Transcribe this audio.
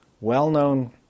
well-known